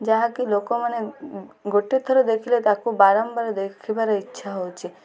ଯାହାକି ଲୋକମାନେ ଗୋଟେ ଥର ଦେଖିଲେ ତାକୁ ବାରମ୍ବାର ଦେଖିବାର ଇଚ୍ଛା ହେଉଛି